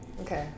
Okay